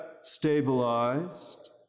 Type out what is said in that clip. stabilized